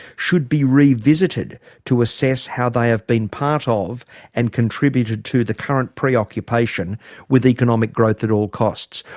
should be revisited to assess how they have been part ah of and contributed to, the current preoccupation with economic growth at all costs.